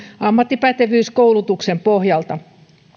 ammattipätevyyskoulutuksen pohjalta